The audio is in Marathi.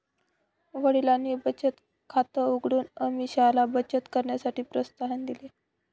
वडिलांनी बचत खात उघडून अमीषाला बचत करण्यासाठी प्रोत्साहन दिले